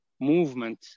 Movement